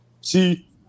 See